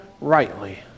rightly